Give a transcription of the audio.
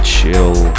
Chill